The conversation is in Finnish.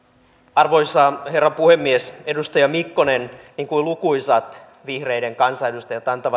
arvoisa herra puhemies edustaja mikkonen niin kuin lukuisat vihreiden kansanedustajat antaa